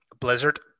Blizzard